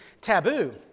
taboo